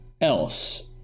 else